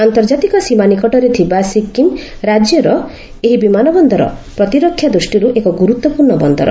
ଆନ୍ତର୍କାତିକ ସୀମା ନିକଟରେ ଥିବା ସିକିମ୍ ରାଜ୍ୟର ଏହି ବିମାନ ବନ୍ଦର ପ୍ରତିରକ୍ଷା ଦୃଷ୍ଟିରୁ ଏକ ଗୁରୁତ୍ୱପୂର୍ଣ୍ଣ ବନ୍ଦର